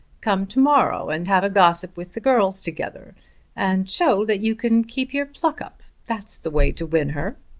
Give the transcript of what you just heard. come to-morrow and have a gossip with the girls together and show that you can keep your pluck up. that's the way to win her.